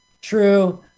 true